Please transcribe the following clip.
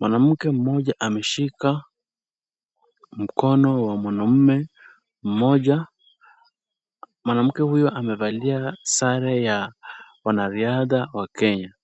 Mwanamke mmoja ameshika mkono wa mwanaume mmoja. Mwanamke huyo amevalia sare ya wanariadha wa Kenya.